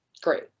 great